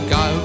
go